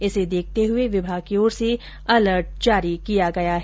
इसे देखते हुए विभाग की ओर से अलर्ट जारी किया गया है